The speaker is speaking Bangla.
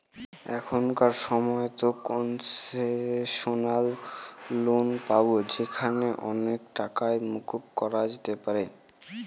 এখনকার সময়তো কোনসেশনাল লোন পাবো যেখানে অনেক টাকাই মকুব করা যেতে পারে